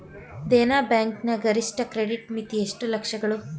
ದೇನಾ ಬ್ಯಾಂಕ್ ನ ಗರಿಷ್ಠ ಕ್ರೆಡಿಟ್ ಮಿತಿ ಎಷ್ಟು ಲಕ್ಷಗಳು?